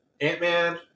Ant-Man